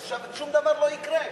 אז שום דבר לא יקרה.